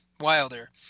Wilder